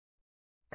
విద్యార్థి PML